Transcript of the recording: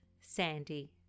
Sandy